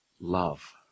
love